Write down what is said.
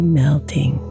melting